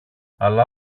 αλλά